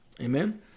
Amen